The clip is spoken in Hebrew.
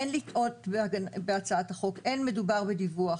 אין לטעות בהצעת החוק, אין מדובר בדיווח.